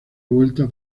vuelta